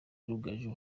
rugaju